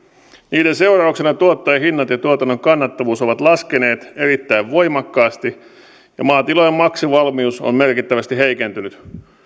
niiden seurauksena tuottajahinnat ja tuotannon kannattavuus ovat laskeneet erittäin voimakkaasti ja maatilojen maksuvalmius on merkittävästi heikentynyt